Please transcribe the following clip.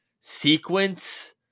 Sequence